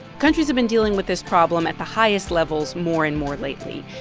countries have been dealing with this problem at the highest levels more and more lately.